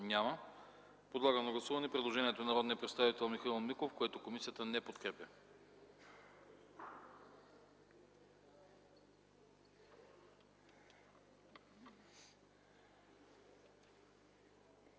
Няма. Подлагам на гласуване предложението на народния представител Михаил Миков, което комисията не подкрепя.